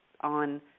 on